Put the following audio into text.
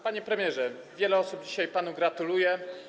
Panie premierze, wiele osób dzisiaj panu gratuluje.